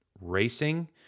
racing